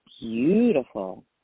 beautiful